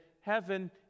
heaven